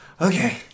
Okay